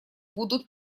будут